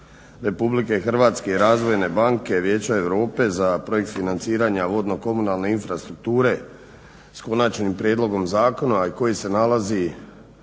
Republike Hrvatske i Razvojne banke vijeća Europe za projekt "Financiranje vodno-komunalne infrastrukture", s konačnim prijedlogom zakona koji se nalazi